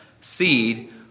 seed